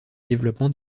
développement